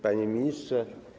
Panie Ministrze!